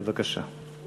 בבקשה.